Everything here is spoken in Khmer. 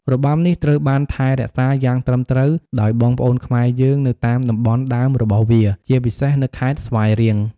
របាំនេះត្រូវបានថែរក្សាយ៉ាងត្រឹមត្រូវដោយបងប្អូនខ្មែរយើងនៅតាមតំបន់ដើមរបស់វា ជាពិសេសនៅខេត្តស្វាយរៀង។